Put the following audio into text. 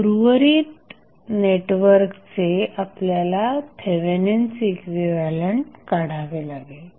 उर्वरित नेटवर्कचे आपल्याला थेवेनिन्स इक्विव्हॅलंट काढावे लागेल